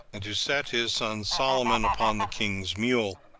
and to set his son solomon upon the king's mule,